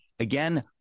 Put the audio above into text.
Again